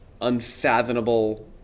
unfathomable